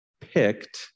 picked